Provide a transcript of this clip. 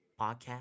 podcast